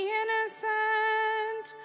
innocent